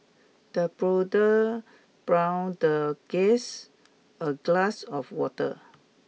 the butler the guest a glass of water